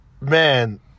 Man